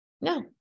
No